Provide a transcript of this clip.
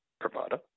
provider